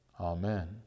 Amen